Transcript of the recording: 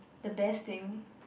the best thing